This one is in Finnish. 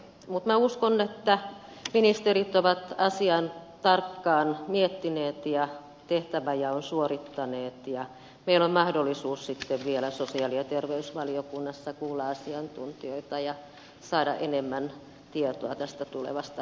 mutta minä uskon että ministerit ovat asian tarkkaan miettineet ja tehtävänjaon suorittaneet ja meillä on mahdollisuus sitten vielä sosiaali ja terveysvaliokunnassa kuulla asiantuntijoita ja saada enemmän tietoa tästä tulevasta lakiesityksestä